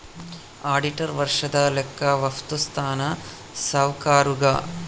auditor ವರ್ಷದ ಲೆಕ್ಕ ವಪ್ಪುಸ್ತಾನ ಸಾವ್ಕರುಗಾ